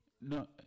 No